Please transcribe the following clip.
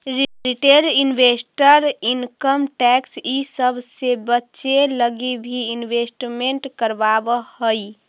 retail investor income tax इ सब से बचे लगी भी इन्वेस्टमेंट करवावऽ हई